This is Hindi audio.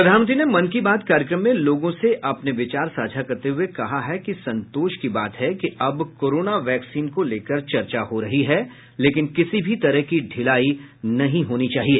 प्रधानमंत्री ने मन की बात कार्यक्रम में लोगों से अपने विचार साझा करते हुये कहा है कि संतोष की बात है कि अब कोरोना वैक्सीन को लेकर चर्चा हो रही है लेकिन किसी भी तरह की ढ़िलाई नहीं होनी चाहिए